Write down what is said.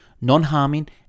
non-harming